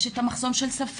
יש את המחסום של שפה,